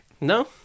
no